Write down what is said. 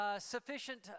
sufficient